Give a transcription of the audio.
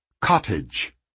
cottage